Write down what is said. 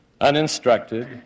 uninstructed